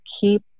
keep